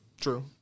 True